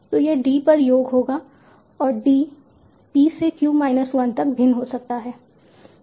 तो यह d पर योग होगा और d p से q माइनस 1 तक भिन्न हो सकता है